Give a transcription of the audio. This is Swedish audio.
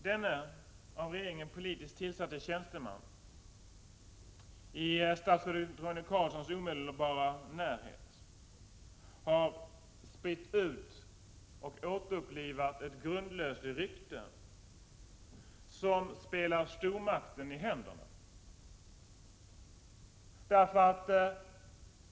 Denne av regeringen politiskt tillsatte tjänsteman i statsrådet Roine Carlssons omedelbara närhet har spritt ut och återupplivat ett grundlöst rykte som spelar stormakten i händerna.